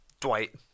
Dwight